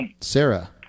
Sarah